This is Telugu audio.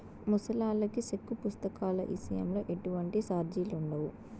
ముసలాల్లకి సెక్కు పుస్తకాల ఇసయంలో ఎటువంటి సార్జిలుండవు